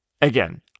Again